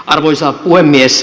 arvoisa puhemies